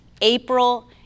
April